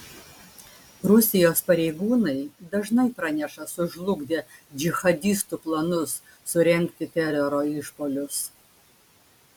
rusijos pareigūnai dažnai praneša sužlugdę džihadistų planus surengti teroro išpuolius